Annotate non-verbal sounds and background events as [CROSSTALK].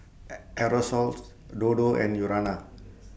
[HESITATION] Aerosoles Dodo and Urana